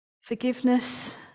Forgiveness